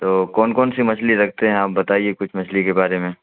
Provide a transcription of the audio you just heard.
تو کون کون سی مچھلی رکھتے ہیں آپ بتائیے کچھ مچھلی کے بارے میں